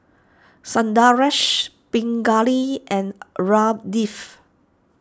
Sundaresh Pingali and Ramdev